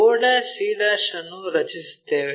oc ಅದನ್ನು ರಚಿಸುತ್ತೇವೆ